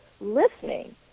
listening